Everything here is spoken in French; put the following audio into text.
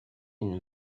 une